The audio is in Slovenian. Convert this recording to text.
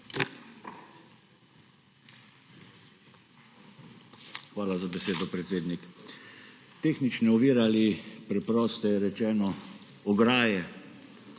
Hvala za besedo, predsednik. Tehnične ovire ali, preprosteje rečeno, ograje